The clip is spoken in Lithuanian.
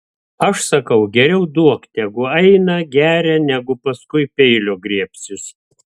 aš sakau geriau duok tegu eina geria negu paskui peilio griebsis